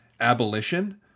abolition